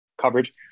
coverage